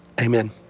amen